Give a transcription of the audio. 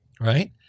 right